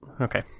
okay